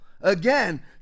again